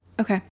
okay